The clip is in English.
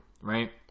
right